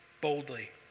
boldly